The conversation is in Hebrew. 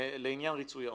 לעניין ריצוי העונש,